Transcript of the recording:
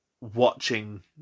watching